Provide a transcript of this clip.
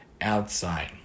outside